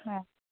ಹಾಂ